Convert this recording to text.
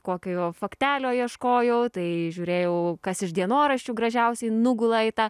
kokio jo faktelio ieškojau tai žiūrėjau kas iš dienoraščių gražiausiai nugula į tą